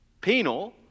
penal